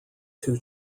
two